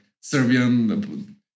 Serbian